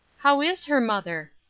how is her mother?